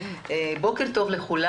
בוקר טוב לכולם.